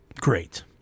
great